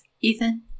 Ethan